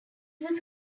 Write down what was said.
was